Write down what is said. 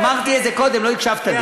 אמרתי את זה קודם, לא הקשבת.